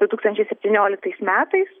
du tūkstančiai septynioliktais metais